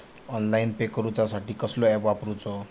Online pay करूचा साठी कसलो ऍप वापरूचो?